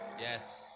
Yes